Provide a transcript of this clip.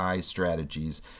strategies